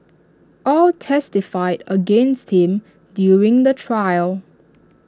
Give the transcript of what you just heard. all testified against him during the trial